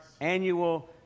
annual